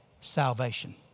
salvation